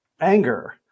anger